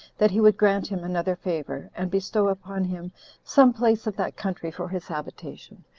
that he would grant him another favor, and bestow upon him some place of that country for his habitation,